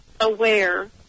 aware